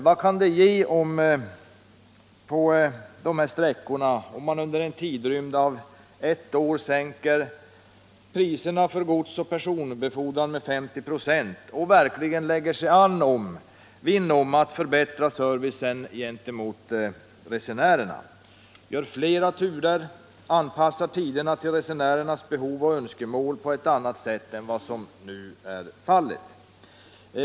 Man frågar sig vilken eftekt det skulle få om priserna på dessa sträckor under en tidrymd av ett år sänks för gods och personbefordran med 30 2 och SJ verkligen lägger sig vinn om att förbättra servicen gentemot resenärerna, inrättar flera turer, anpassar tiderna till resenärernas behov och önskemål på ett annat sätt än nu?